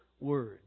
Word